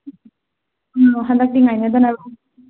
ꯎꯝ ꯍꯟꯗꯛꯇꯤ ꯉꯥꯏꯅꯗꯅꯕ